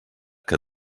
que